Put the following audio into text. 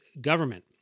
government